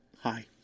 hi